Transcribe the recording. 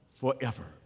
forever